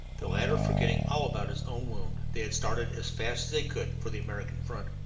the latter forgetting all about his own wound, they had started as fast as they could for the american front.